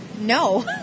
No